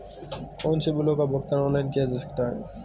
कौनसे बिलों का भुगतान ऑनलाइन किया जा सकता है?